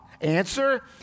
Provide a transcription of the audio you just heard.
Answer